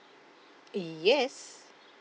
yes